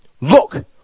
Look